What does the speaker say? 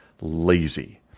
lazy